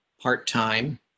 part-time